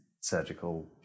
surgical